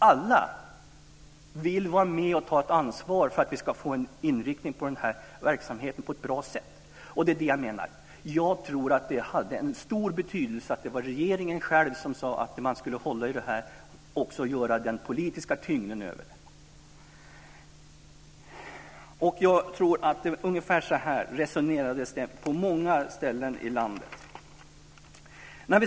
Alla vill vara med och ta ett ansvar för att vi ska få en bra inriktning på den här verksamheten. Det är här jag tror att det hade stor betydelse att det var regeringen själv som sade att man skulle hålla i detta. Då fick det denna politiska tyngd. Ungefär så här tror jag att det resonerades på många ställen i landet.